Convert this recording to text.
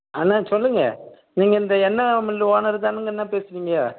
அண்ணா சொல்லுங்கள் நீங்கள் இந்த எண்ணெய் மில் ஓனர் தானங்கண்ணா பேசுகிறீங்க